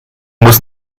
muss